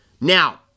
Now